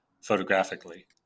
photographically